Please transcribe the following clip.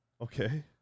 Okay